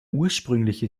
ursprüngliche